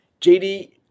JD